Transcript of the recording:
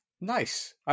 Nice